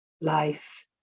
life